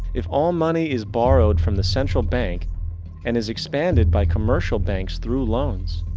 if all money is borrowed from the central bank and is expanded by commercial banks through loans,